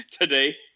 today